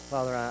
Father